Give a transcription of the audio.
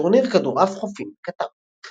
לטורניר כדורעף חופים בקטר.